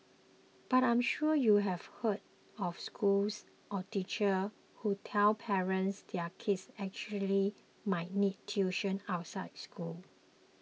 but I'm sure you have heard of schools or teachers who tell parents their kids actually might need tuition outside school